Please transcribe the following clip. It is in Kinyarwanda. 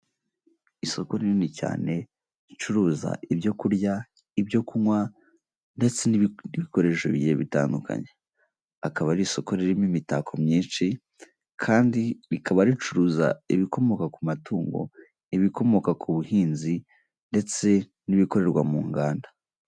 Isoko rinini cyane ricuruza ibyo kurya, ibyo kunywa ndetse n'indi bikoresho bigiye bitandukanye, akaba ari isoko ririmo imitako myinshi kandi rikaba ricuruza ibikomoka ku matungo, ibikomoka ku buhinzi ndetse n'ibikorerwa mu nganda.